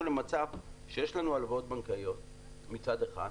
למצב שיש לנו הלוואות בנקאיות מצד אחד,